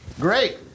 Great